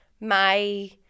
my-